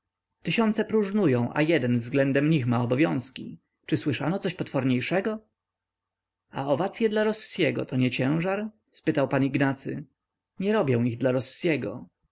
tysiące próżnują a jeden względem nich ma obowiązki czy słyszano coś potworniejszego a owacye dla rossiego to nie ciężar spytał pan ignacy nie robię ich dla rossiego